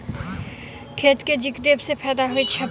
खेत मे जिंक देबा सँ केँ फायदा होइ छैय?